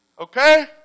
Okay